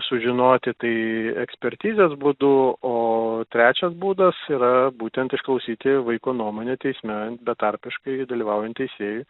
sužinoti tai ekspertizės būdu o trečias būdas yra būtent išklausyti vaiko nuomonę teisme betarpiškai dalyvaujant teisėjui